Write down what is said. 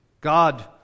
God